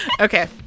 Okay